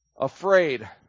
afraid